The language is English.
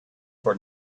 for